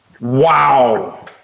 wow